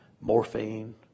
morphine